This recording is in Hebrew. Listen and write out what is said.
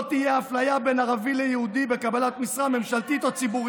לא תהיה אפליה בין ערבי ליהודי בקבלת משרה ממשלתית או ציבורית.